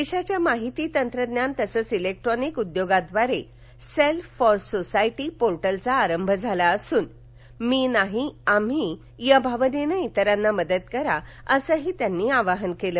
देशाच्या माहिती तंत्रज्ञान तसचं इलेक्ट्रॉनिक उद्योगाद्वारे सेल्फ फॉर सोसायटी पोर्टलचा आरंभ झाला असून मी नाही आम्ही या भावनेनं इतराना मदत करा असं आवाहनही त्यांनी केलं